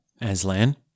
Aslan